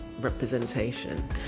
representation